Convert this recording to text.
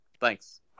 Thanks